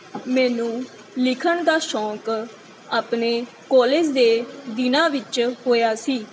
ਮੈਨੂੰ ਲਿਖਣ ਦਾ ਸ਼ੌਂਕ ਆਪਣੇ ਕਾਲਜ ਦੇ ਦਿਨਾਂ ਵਿੱਚ ਹੋਇਆ ਸੀ